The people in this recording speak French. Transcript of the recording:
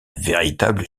véritable